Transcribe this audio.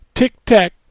Tic-tac